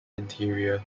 interior